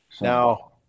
Now